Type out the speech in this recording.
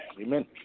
Amen